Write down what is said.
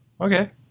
Okay